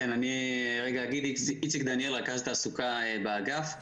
רכז תעסוקה באגף.